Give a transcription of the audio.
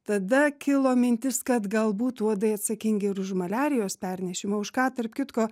tada kilo mintis kad galbūt uodai atsakingi ir už maliarijos pernešimą už ką tarp kitko